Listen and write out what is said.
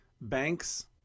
banks